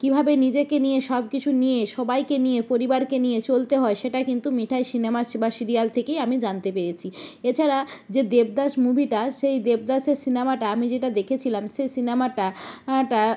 কীভাবে নিজেকে নিয়ে সব কিছু নিয়ে সবাইকে নিয়ে পরিবারকে নিয়ে চলতে হয় সেটা কিন্তু মিঠাই সিনেমা বা সিরিয়াল থেকেই আমি জানতে পেয়েছি এছাড়া যে দেবদাস মুভিটা সেই দেবদাসের সিনেমাটা আমি যেটা দেখেছিলাম সে সিনেমাটা